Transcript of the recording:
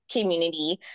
community